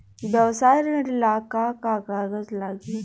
व्यवसाय ऋण ला का का कागज लागी?